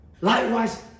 Likewise